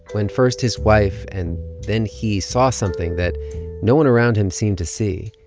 when first his wife and then he saw something that no one around him seemed to see,